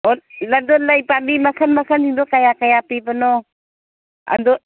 ꯑꯣ ꯑꯗꯣ ꯂꯩ ꯄꯥꯝꯕꯤ ꯃꯈꯟ ꯃꯈꯟꯁꯤꯡꯗꯨ ꯀꯌꯥ ꯀꯌꯥ ꯄꯤꯕꯅꯣ ꯑꯗꯨ